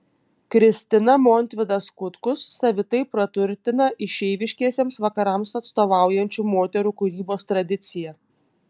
kristina montvidas kutkus savitai praturtina išeiviškiesiems vakarams atstovaujančių moterų kūrybos tradiciją